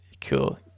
cool